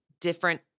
different